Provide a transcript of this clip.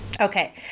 Okay